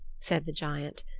said the giant.